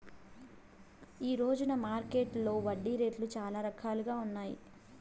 ఈ రోజున మార్కెట్టులో వడ్డీ రేట్లు చాలా రకాలుగా ఉన్నాయి